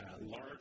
large